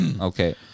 Okay